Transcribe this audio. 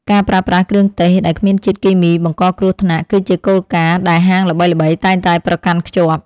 ការប្រើប្រាស់គ្រឿងទេសដែលគ្មានជាតិគីមីបង្កគ្រោះថ្នាក់ គឺជាគោលការណ៍ដែលហាងល្បីៗតែងតែប្រកាន់ខ្ជាប់។